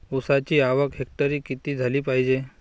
ऊसाची आवक हेक्टरी किती झाली पायजे?